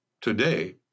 today